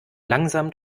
langsam